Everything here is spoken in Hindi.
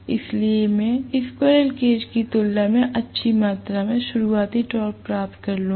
इसलिए मैं स्क्वीररेल केज की तुलना में अच्छी मात्रा में शुरुआती टॉर्क प्राप्त कर लूंगा